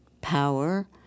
power